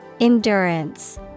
Endurance